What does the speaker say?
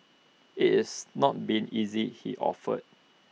IT is not been easy he offered